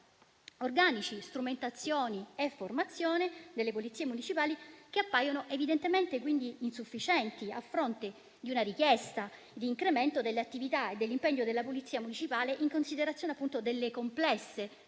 organici, strumentazioni e formazione delle Polizie municipali appaiono evidentemente insufficienti, a fronte di una richiesta di incremento delle attività e dell'impegno della Polizia municipale, in considerazione delle complesse